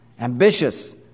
Ambitious